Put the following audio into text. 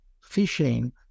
fishing